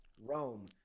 Rome